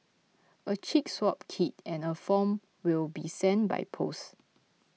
a cheek swab kit and a form will be sent by post